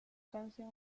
canción